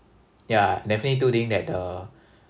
yeah definitely do think that the